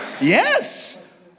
Yes